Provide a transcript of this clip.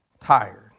tired